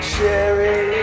Cherry